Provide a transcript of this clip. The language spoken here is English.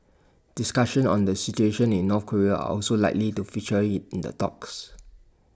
discussions on the situation in North Korea are also likely to feature in in the talks